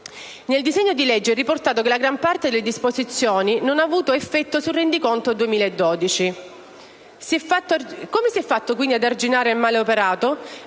Nel disegno di legge è riportato che la gran parte delle disposizioni non ha avuto effetto sul rendiconto 2012. Come si è fatto quindi ad arginare il male operato?